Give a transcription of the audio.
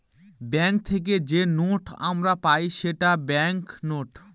bank থেকে যে note আমরা পাই সেটা ব্যাঙ্ক নোট